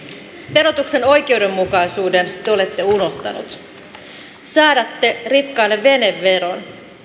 verotuksen oikeudenmukaisuuden te olette unohtanut säädätte rikkaille veneveron